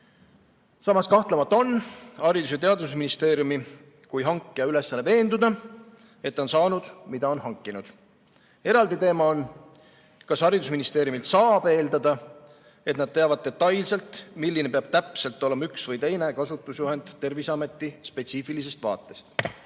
Samas, kahtlemata on Haridus‑ ja Teadusministeeriumi kui hankija ülesanne veenduda, et ta on saanud, mida on hankinud. Eraldi teema on, kas haridusministeeriumilt saab eeldada, et nad teavad detailselt, milline peab täpselt olema üks või teine kasutusjuhend Terviseameti spetsiifilisest vaatest. Teine